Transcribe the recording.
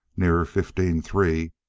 nearer fifteen three.